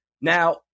Now